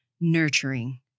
nurturing